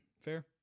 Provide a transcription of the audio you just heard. Fair